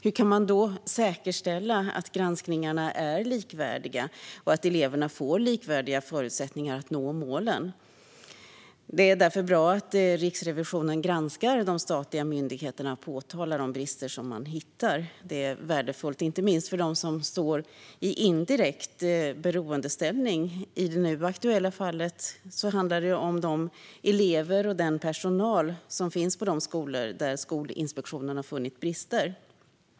Hur kan man då säkerställa att granskningarna är likvärdiga och att eleverna får likvärdiga förutsättningar att nå målen? Det är därför bra att Riksrevisionen granskar de statliga myndigheterna och påtalar de brister som man hittar. Det är värdefullt, inte minst för dem som står i indirekt beroendeställning. I det nu aktuella fallet handlar det om de elever och den personal som finns på de skolor där Skolinspektionen har funnit brister.